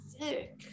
sick